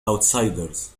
outsiders